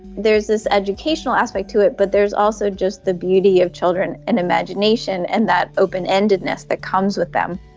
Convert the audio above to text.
there is this educational aspect to it but there is also just the beauty of children and imagination and that open-endedness that comes with them.